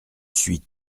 suis